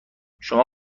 شما